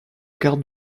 garde